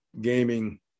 gaming